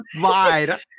lied